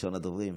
ראשון הדוברים.